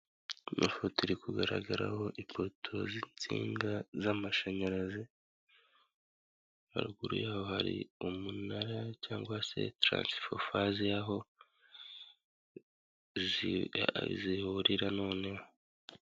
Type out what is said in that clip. Ino foto iri kugaragaraho ipoto z'insinga z'amashanyarazi, haruguru yaho hari umunara cyangwa se tarasifofaze y'aho zihurira noneho.